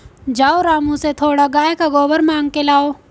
जाओ रामू से थोड़ा गाय का गोबर मांग के लाओ